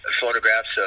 photographs